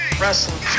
wrestling